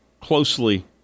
closely